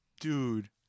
dude